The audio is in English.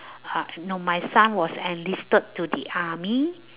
ar~ no my son was enlisted to the army